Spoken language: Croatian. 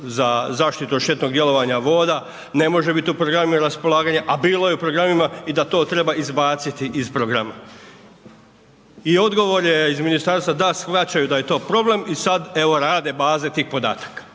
za zaštitu od štetnog djelovanja voda, ne može biti u programima raspolaganja a bilo je u programima i da to treba izbaciti iz programa. I odgovor je iz ministarstva da shvaćaju da je to problem i sad evo rade baze tih podataka